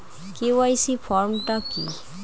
KYC form টা কি?